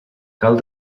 cal